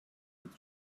with